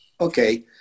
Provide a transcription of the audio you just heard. okay